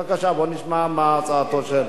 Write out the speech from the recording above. בבקשה, בואו נשמע מה הצעתו של,